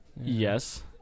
Yes